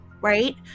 right